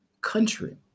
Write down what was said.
country